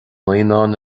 naíonán